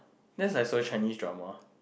that's like so Chinese drama